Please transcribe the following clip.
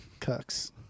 Cucks